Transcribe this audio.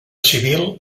civil